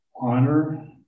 honor